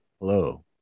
hello